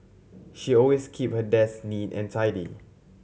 she always keep her desk neat and tidy